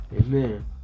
Amen